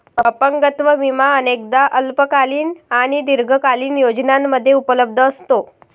अपंगत्व विमा अनेकदा अल्पकालीन आणि दीर्घकालीन योजनांमध्ये उपलब्ध असतो